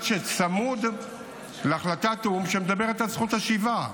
צמוד להחלטת או"ם שמדברת על זכות השיבה.